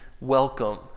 welcome